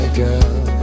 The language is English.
girl